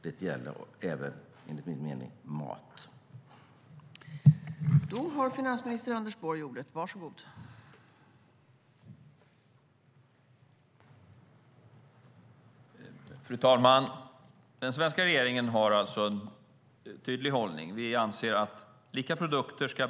Det gäller enligt min mening även mat.